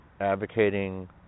advocating